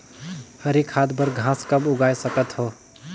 हरी खाद बर घास कब उगाय सकत हो?